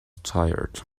tired